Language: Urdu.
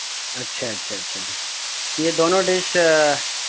اچھا اچھا اچھا یہ دونوں ڈش